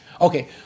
Okay